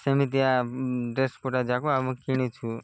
ସେମିତିଆ ଡ୍ରେସ ପଟା ଯାକ ଆମେ କିଣିଛୁ